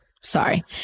sorry